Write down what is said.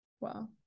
Wow